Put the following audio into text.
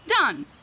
Done